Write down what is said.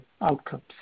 outcomes